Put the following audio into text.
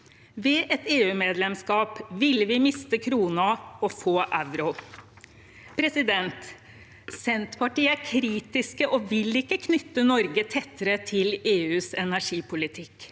Ved et EU-medlemskap ville vi miste kronen og få euro. Senterpartiet er kritisk og vil ikke knytte Norge tettere til EUs energipolitikk.